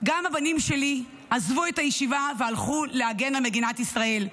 גם הבנים שלי עזבו את הישיבה והלכו להגן על מדינת ישראל.